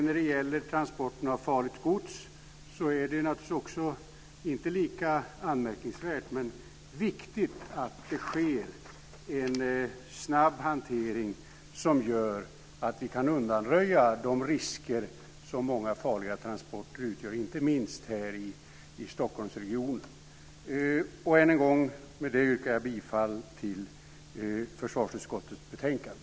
När det gäller transporter av farligt gods är det inte lika anmärkningsvärt men viktigt att det sker en snabb hantering som gör att vi kan undanröja de risker som många farliga transporter utgör, inte minst här i Stockholmsregionen. Än en gång yrkar jag bifall till förslaget i försvarsutskottets betänkande.